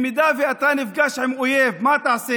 אם אתה נפגש עם אויב, מה תעשה?